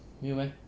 没有 meh